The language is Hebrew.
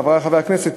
חברי חברי הכנסת,